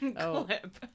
clip